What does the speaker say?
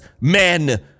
men